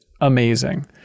amazing